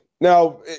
Now